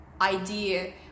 idea